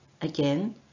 Again